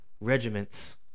regiments